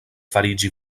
fariĝi